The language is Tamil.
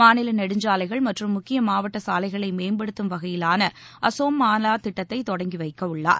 மாநில நெடுஞ்சாலைகள் மற்றும் முக்கிய மாவட்ட சாலைகளை மேம்படுத்தும் வகையிலான அசோம் மாலா திட்டத்தை தொடங்கி வைக்கவுள்ளார்